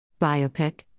Biopic